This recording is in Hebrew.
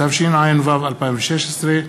התשע"ו 2016,